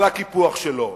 על הקיפוח שלו,